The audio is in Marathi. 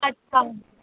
अच्छा